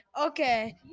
Okay